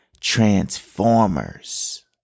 Transformers